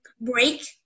break